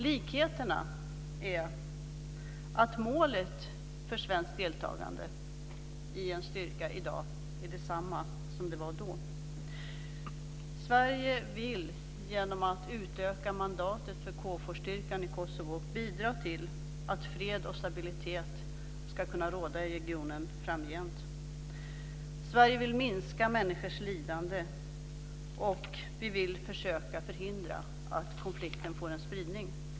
Likheterna är att målet för svenskt deltagande i en styrka i dag är detsamma som det var då. Sverige vill genom att utöka mandatet för KFOR-styrkan i Kosovo bidra till att fred och stabilitet ska kunna råda i regionen framgent. Sverige vill minska människors lidande, och vi vill försöka förhindra att konflikten får en spridning.